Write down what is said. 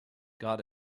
got